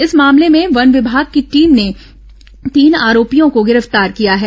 इस मामले में वन वभाग की टीम ने तीन आरोपियों को गिरफ्तार किया है